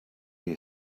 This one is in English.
you